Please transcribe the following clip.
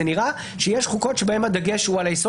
זה נראה שיש חוקות בהן הדגש הוא על היסוד